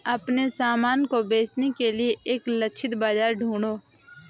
अपने सामान को बेचने के लिए एक लक्षित बाजार ढूंढो